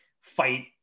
fight